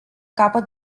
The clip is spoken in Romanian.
capăt